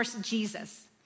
Jesus